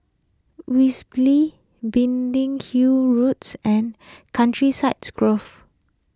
Biggin Hill Roads and Countryside Grove